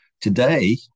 Today